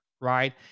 right